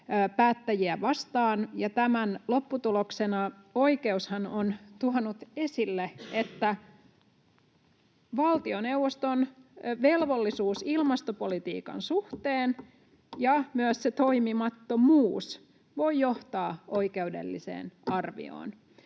päättäjiä vastaan, ja tämän lopputuloksenahan oikeus on tuonut esille, että valtioneuvoston velvollisuus ilmastopolitiikan suhteen ja myös sen toimimattomuus voivat johtaa oikeudelliseen arvioon.